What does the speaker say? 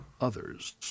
others